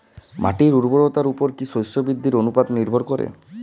মাটির উর্বরতার উপর কী শস্য বৃদ্ধির অনুপাত নির্ভর করে?